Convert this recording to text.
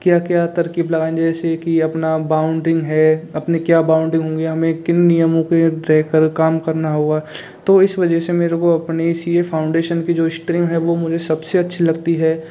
क्या क्या तरक़ीब लगानी जैसे कि अपना बाउन्डिंग है अपने क्या बाउन्डिंग होंगे हमें किन नियमों के तय कर काम करना होगा तो इस वजह से मेरे को अपने ये सी ए फ़ाउंडेशन की जो इश्ट्रिम है वह मुझे सबसे अच्छी लगती है